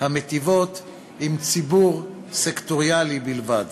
המיטיבות עם ציבור סקטוריאלי בלבד.